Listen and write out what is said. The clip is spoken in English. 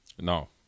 No